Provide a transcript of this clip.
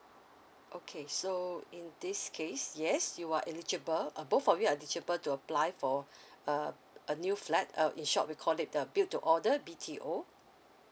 okay so in this case yes you are eligible uh both of you eligible to apply for uh a new flat uh in short we call it a build to order B_T_O